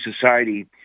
society